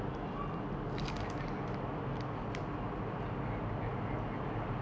uh that time during uh lockdown tak ada orang kat road [pe] jalan jalan